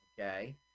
Okay